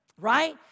right